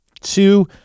Two